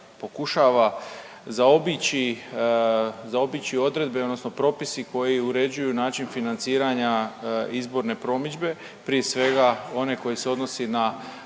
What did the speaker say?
pokušava zaobići odredbe odnosno propisi koji uređuju način financiranja izborne promidžbe, prije svega one koje se odnosi na